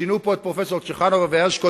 ציינו פה את פרופסור צ'חנובר ופרופסור הרשקו,